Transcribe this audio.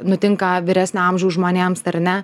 nutinka vyresnio amžiaus žmonėms ar ne